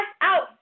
out